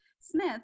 Smith